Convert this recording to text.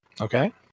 Okay